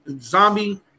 Zombie